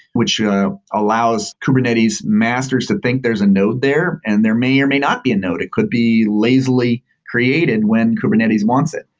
which allows kubernetes masters to think there's a node there and there may or may not be a node. it could lazily created when kubernetes wants it,